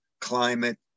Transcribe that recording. Climate